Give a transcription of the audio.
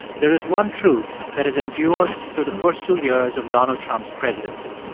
there is one truth that has endured through the first two years of donald trump's presidency.